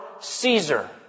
Caesar